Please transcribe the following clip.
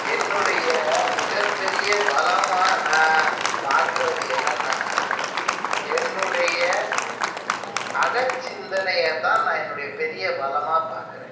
என்னுடைய மிகப்பெரிய பலமாக நான் பார்க்குறது என்னென்னா என்னுடைய அகச்சிந்தனையை தான் நான் என்னுடைய பெரிய பலமாக பார்க்குறேன்